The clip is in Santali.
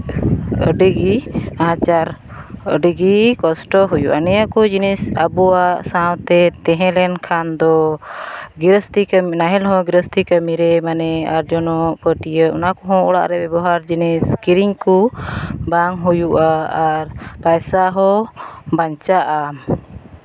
ᱟᱹᱰᱤᱜᱮ ᱟᱪᱟᱨ ᱟᱹᱰᱤᱜᱮ ᱠᱚᱥᱴᱚ ᱦᱩᱭᱩᱜᱼᱟ ᱱᱤᱭᱟᱹ ᱠᱚ ᱡᱤᱱᱤᱥ ᱟᱵᱚᱣᱟᱜ ᱥᱟᱶᱛᱮ ᱛᱟᱦᱮᱸ ᱞᱮᱱᱠᱷᱟᱱ ᱫᱚ ᱜᱨᱤᱦᱚᱥᱛᱤ ᱠᱟᱹᱢᱤ ᱱᱟᱦᱮᱞ ᱦᱚᱸ ᱜᱨᱤᱦᱚᱥᱛᱤ ᱠᱟᱹᱢᱤᱨᱮ ᱢᱟᱱᱮ ᱡᱚᱱᱚᱜ ᱯᱟᱹᱴᱭᱟᱹ ᱚᱱᱟ ᱠᱚᱦᱚᱸ ᱚᱲᱟᱜ ᱨᱮᱦᱚᱸ ᱵᱮᱵᱚᱦᱟᱨ ᱡᱤᱱᱤᱥ ᱠᱤᱨᱤᱧ ᱠᱚ ᱵᱟᱝ ᱦᱩᱭᱩᱜᱼᱟ ᱟᱨ ᱯᱚᱭᱥᱟ ᱦᱚᱸ ᱵᱟᱧᱪᱟᱜᱼᱟ